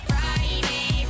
Friday